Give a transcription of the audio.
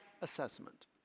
assessment